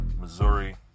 Missouri